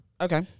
Okay